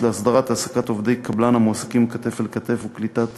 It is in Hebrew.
להסדרת העסקת עובדי קבלן המועסקים "כתף אל כתף" ולקליטת